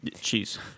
Cheese